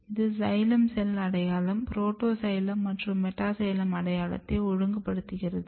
இது xylem cell அடையாளம் protoxylem மற்றும் மெட்டாசைலம் அடையாளத்தை ஒழுங்குபடுத்துகிறது